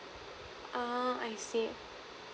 uh I see